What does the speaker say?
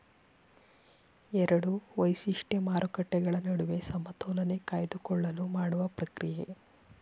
ಎರಡು ವೈಶಿಷ್ಟ್ಯ ಮಾರುಕಟ್ಟೆಗಳ ನಡುವೆ ಸಮತೋಲನೆ ಕಾಯ್ದುಕೊಳ್ಳಲು ಮಾಡುವ ಪ್ರಕ್ರಿಯೆ